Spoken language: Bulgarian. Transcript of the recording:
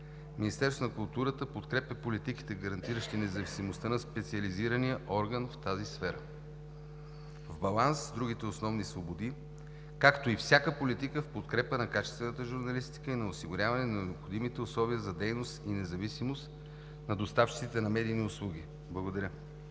Министерството на културата подкрепя политиките, гарантиращи независимостта на специализирания орган в тази сфера в баланс с другите основни свободи, както и всяка политика в подкрепа на качествената журналистика и на осигуряване на необходимите условия за дейност и независимост на доставчиците на медийни услуги. Благодаря.